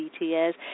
BTS